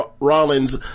Rollins